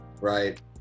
right